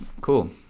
Cool